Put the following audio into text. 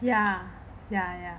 ya ya